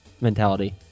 mentality